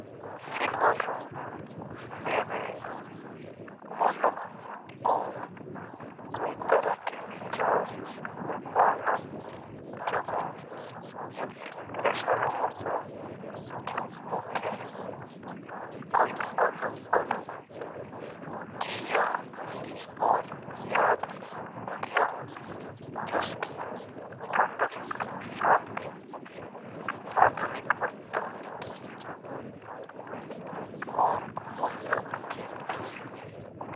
सिल्वर रंग मेरे मनक और के त्रा के विचार और भावनाय जागु। यह एक ऐसा रंग ओसो जो मुके कोई अलग-अलग चिजा और याद दिलाओ। जसकी थंडक और शांति आधुनिक और तकनीकी मूल्य और कीमती।